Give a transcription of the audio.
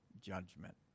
judgment